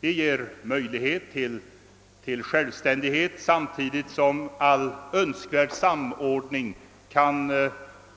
Det ger möjlighet till självständighet samtidigt som all önskvärd samordning kan